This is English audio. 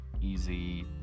easy